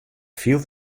fielt